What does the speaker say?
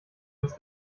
ins